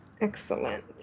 Excellent